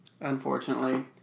unfortunately